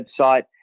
website